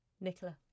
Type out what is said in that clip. Nicola